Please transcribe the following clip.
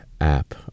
App